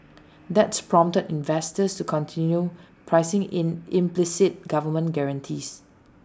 that's prompted investors to continue pricing in implicit government guarantees